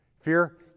Fear